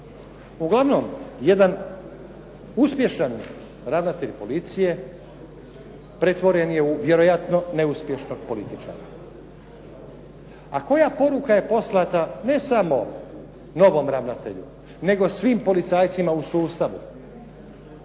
Uglavnom, jedan uspješan ravnatelj policije pretvoren je vjerojatno u neuspješnog političara. A koja poruka je poslana ne samo novom ravnatelju nego svim policajcima u sustavu?